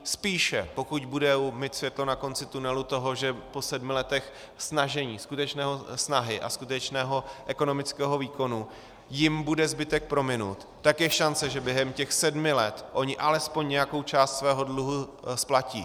Spíše pokud budou mít světlo na konci tunelu toho, že po sedmi letech snažení, skutečné snahy a skutečného ekonomického výkonu jim bude zbytek prominut, tak je šance, že během těch sedmi let oni alespoň nějakou část svého dluhu splatí.